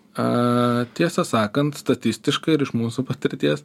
a tiesą sakant statistiškai ir iš mūsų patirties